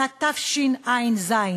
שנת תשע"ז,